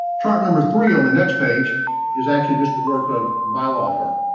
chart number three on the next page is actually just the work of my law firm.